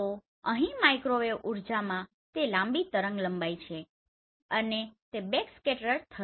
તો અહીં માઇક્રોવેવ ઉર્જામાં તે લાંબી તરંગલંબાઇ છે અને તે બેક્સ્કેટર થશે